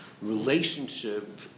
relationship